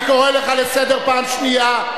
אני קורא אותך לסדר פעם שנייה.